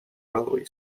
railway